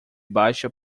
baixa